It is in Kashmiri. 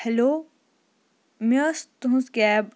ہیلو مےٚ ٲسۍ تُہنٛز کیب